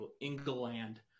England